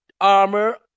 armor